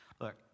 Look